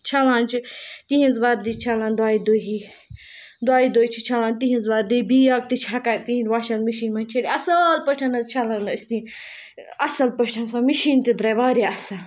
چھَلان چھِ تِہِنٛز وردی چھَلان دوٚیہِ دۄہی دوٚیہِ دۄہہِ چھِ چھَلان تِہِنٛز وردی بیگ تہِ چھِ ہیٚکان تِہِنٛد واشَن مِشیٖن منٛز چھٔلِتھ اَصٕل پٲٹھۍ حظ چھَلان أسۍ یہِ اَصٕل پٲٹھۍ سۄ مِشیٖن تہِ درٛاے واریاہ اَصٕل